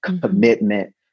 commitment